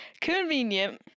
Convenient